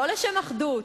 לא לשם אחדות,